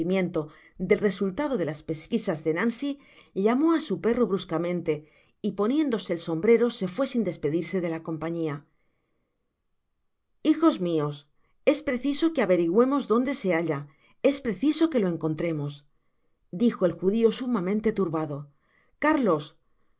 del resultado de las pesquisas de nancy llamó á su perro bruscamente y poniéndose el sombrero se fué sin despedirse de la compa hijos mios es preciso que averiguemos donde se halla es preciso que lo encontremos dijo el judio sumamente turbado cárlos